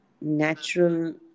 Natural